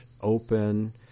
open